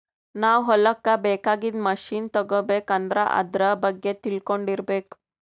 ನಾವ್ ಹೊಲಕ್ಕ್ ಬೇಕಾಗಿದ್ದ್ ಮಷಿನ್ ತಗೋಬೇಕ್ ಅಂದ್ರ ಆದ್ರ ಬಗ್ಗೆ ತಿಳ್ಕೊಂಡಿರ್ಬೇಕ್